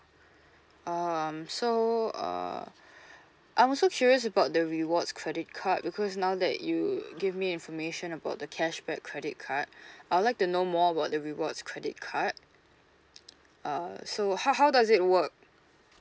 um so uh I'm also curious about the rewards credit card because now that you give me information about the cashback credit card I would like to know more about the rewards credit card uh so how how does it work